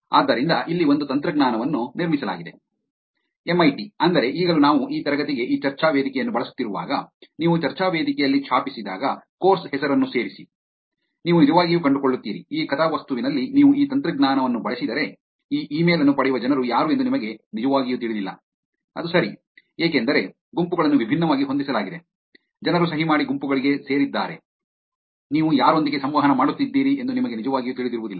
ಆದ್ದರಿಂದ ಇಲ್ಲಿ ಒಂದು ತಂತ್ರಜ್ಞಾನವನ್ನು ನಿರ್ಮಿಸಲಾಗಿದೆ ಎಂಐಟಿ ಅಂದರೆ ಈಗಲೂ ನಾವು ಈ ತರಗತಿಗೆ ಈ ಚರ್ಚಾ ವೇದಿಕೆಯನ್ನು ಬಳಸುತ್ತಿರುವಾಗ ನೀವು ಚರ್ಚಾ ವೇದಿಕೆಯಲ್ಲಿ ಛಾಪಿಸಿದಾಗ ಕೋರ್ಸ್ ಹೆಸರನ್ನು ಸೇರಿಸಿ ನೀವು ನಿಜವಾಗಿಯೂ ಕಂಡುಕೊಳ್ಳುತ್ತೀರಿ ಈ ಕಥಾವಸ್ತುವಿನಲ್ಲಿ ನೀವು ಈ ತಂತ್ರಜ್ಞಾನವನ್ನು ಬಳಸಿದರೆ ಈ ಇಮೇಲ್ ಅನ್ನು ಪಡೆಯುವ ಜನರು ಯಾರು ಎಂದು ನಿಮಗೆ ನಿಜವಾಗಿಯೂ ತಿಳಿದಿಲ್ಲ ಸರಿ ಏಕೆಂದರೆ ಗುಂಪುಗಳನ್ನು ವಿಭಿನ್ನವಾಗಿ ಹೊಂದಿಸಲಾಗಿದೆ ಜನರು ಸಹಿ ಮಾಡಿ ಗುಂಪುಗಳಿಗೆ ಸೇರಿದ್ದಾರೆ ನೀವು ಯಾರೊಂದಿಗೆ ಸಂವಹನ ಮಾಡುತ್ತಿದ್ದೀರಿ ಎಂದು ನಿಮಗೆ ನಿಜವಾಗಿಯೂ ತಿಳಿದಿರುವುದಿಲ್ಲ